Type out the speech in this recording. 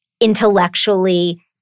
intellectually